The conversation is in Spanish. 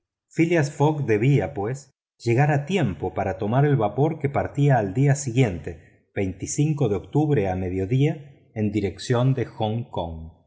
calcuta phileas fogg debía pues llegar a tiempo para tomar el vapor que partía al día siguiente de octubre a mediodía en dirección a hong kong